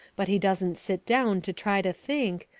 but he doesn't sit down to try to think,